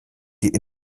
die